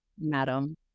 madam